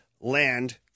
land